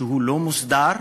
שהוא לא מוסדר,